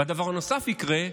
ודבר נוסף יקרה,